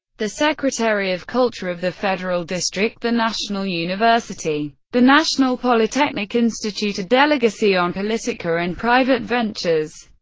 the secretary of culture of the federal district, the national university, the national polytechnic institute, a delegacion politica and private ventures.